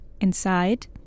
inside